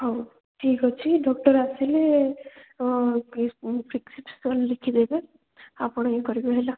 ହଉ ଠିକ୍ ଅଛି ଡକ୍ଟର୍ ଆସିଲେ ପ୍ରେସକ୍ରିପ୍ସନ୍ ଲେଖିଦେବେ ଆପଣ ଇଏ କରିବେ ହେଲା